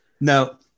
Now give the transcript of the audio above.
No